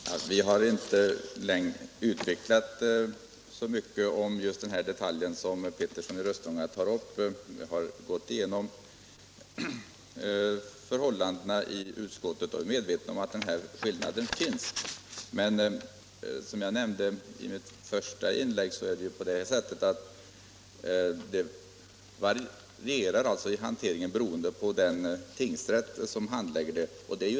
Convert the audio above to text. Herr talman! Vi har inte utvecklat oss så mycket om just den detalj som herr Petersson i Röstånga tar upp. Vi har i utskottet gått igenom förhållandena, och vi är medvetna om att skillnaderna finns. Men som jag nämnde i mitt första inlägg varierar det i hanteringen beroende på vilken tingsrätt som handlägger ärendet.